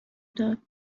داد